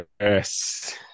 Yes